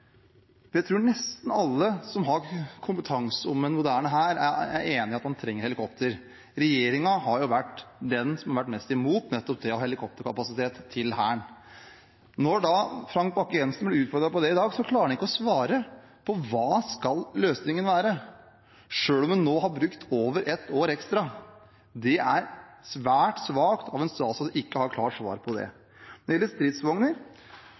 Jeg tror nesten alle som har kompetanse om moderne hær, er enig i at man trenger helikoptre. Regjeringen har vært de som har vært mest imot nettopp helikopterkapasitet til Hæren. Når Frank Bakke-Jensen blir utfordret på det i dag, klarer han ikke å svare på hva løsningen skal være, selv om man nå har brukt over ett år ekstra. Det er svært svakt av en statsråd ikke å ha et klart svar på det. Når det gjelder stridsvogner,